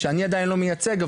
שאני עדיין לא מייצג,